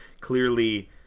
clearly